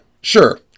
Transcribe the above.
Sure